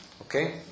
Okay